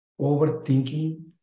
overthinking